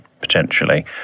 Potentially